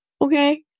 okay